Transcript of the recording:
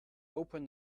open